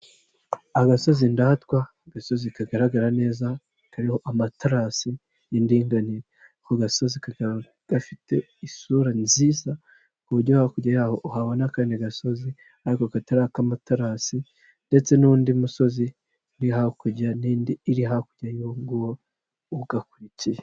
Agasozi ndahatwa, agasozi kagaragara neza, kariho amaterasi y'indinganire. Aka gasozi kaba gafite isura nziza ku buryo hakurya yaho uhabona akandi gasozi ariko katari ak'amatarasi ndetse n'undi musozi, uri hakurya n'indi iri hakuno y'ow nguwo ugakurikiye.